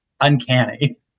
uncanny